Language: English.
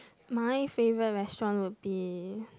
my favourite restaurant would be